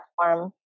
platform